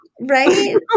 right